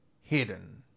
hidden